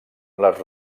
les